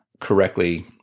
correctly